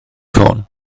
ffôn